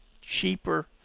cheaper